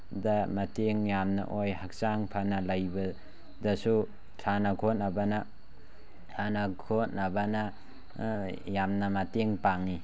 ꯗ ꯃꯇꯦꯡ ꯌꯥꯝꯅ ꯑꯣꯏ ꯍꯛꯆꯥꯡ ꯐꯅ ꯂꯩꯕꯗꯁꯨ ꯁꯥꯟꯅ ꯈꯣꯠꯅꯕꯅ ꯁꯥꯟꯅ ꯈꯣꯠꯅꯕꯅ ꯌꯥꯝꯅ ꯃꯇꯦꯡ ꯄꯥꯡꯉꯤ